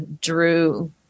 Drew